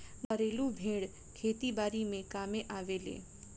घरेलु भेड़ खेती बारी के कामे आवेले